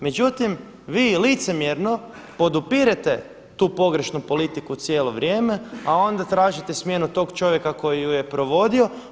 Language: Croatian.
Međutim, vi licemjerno podupirete tu pogrešnu politiku cijelo vrijeme, a onda tražite smjenu tog čovjeka koji ju je provodio.